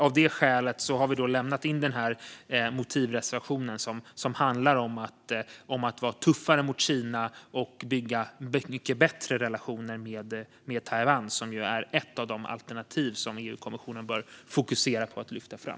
Av det skälet har vi en motivreservation som handlar om att vara tuffare mot Kina och om att bygga mycket bättre relationer med Taiwan, som är ett av de alternativ som EU-kommissionen bör fokusera på att lyfta fram.